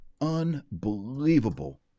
Unbelievable